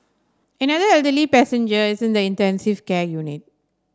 another elderly passenger is in the intensive care unit